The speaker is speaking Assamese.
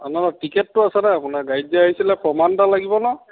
আপোনাৰ টিকেটটো আছে নাই আপোনাৰ গাড়ীত যে আহিছিলে প্ৰমাণ এটা লাগিব নহ্